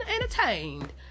entertained